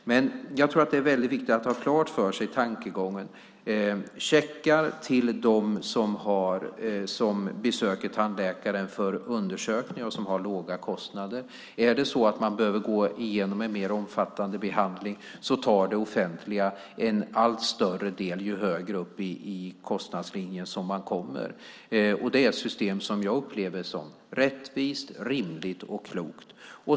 Jag tror att det är väldigt viktigt att ha klart för sig tankegången. Det handlar om checkar till dem som besöker tandläkaren för undersökning och som har låga kostnader. Är det så att man behöver gå igenom en mer omfattande behandling tar det offentliga en allt större del ju högre upp i kostnad man kommer. Det är ett system som jag upplever som rättvist, rimligt och klokt.